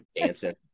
dancing